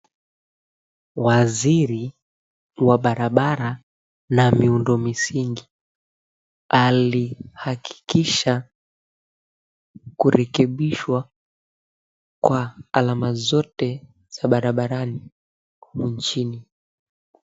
Waziri wa barabara na miundo msingi alihakikisha kurekebishwa kwa alama zote za barabarani humu nchini.